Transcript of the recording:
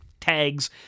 tags